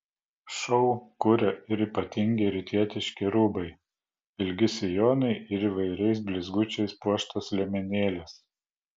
šou kuria ir ypatingi rytietiški rūbai ilgi sijonai ir įvairiais blizgučiais puoštos liemenėlės